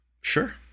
sure